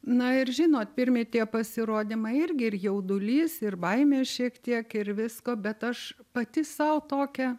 na ir žinot pirmi tie pasirodymai irgi ir jaudulys ir baimė šiek tiek ir visko bet aš pati sau tokią